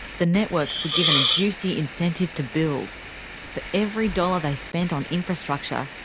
the networks were given a juicy incentive to build for every dollar they spent on infrastructure,